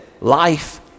life